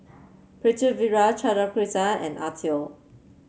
Pritiviraj Chandrasekaran and Atal